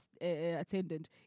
attendant